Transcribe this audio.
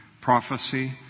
Prophecy